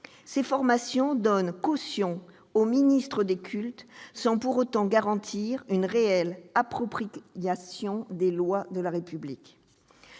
Ces formations donnent une caution aux ministres des cultes sans pour autant garantir une réelle appropriation des lois de la République.